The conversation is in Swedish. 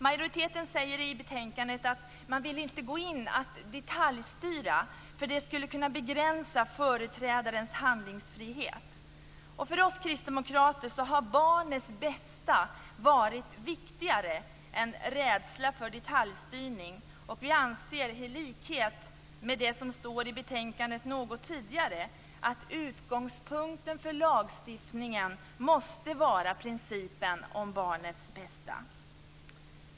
Majoriteten säger i betänkandet att man inte vill gå in och detaljstyra, därför att det skulle kunna begränsa företrädarens handlingsfrihet. För oss kristdemokrater har barnets bästa varit viktigare än rädsla för detaljstyrning, och vi anser i likhet med det som står i betänkandet något tidigare att: "Utgångspunkten för lagstiftningen måste vara principen om barnets bästa."